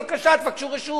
בבקשה, בקשו רשות.